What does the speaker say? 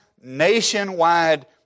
nationwide